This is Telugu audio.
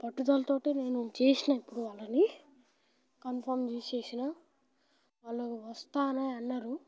పట్టుదలతో నేను చేసినా ఇప్పుడు వాళ్ళని కన్ఫర్మ్ చేసినా వాళ్ళు వస్తా అని అన్నారు